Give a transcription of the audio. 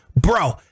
bro